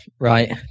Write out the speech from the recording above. Right